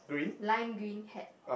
lime green hat